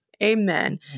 Amen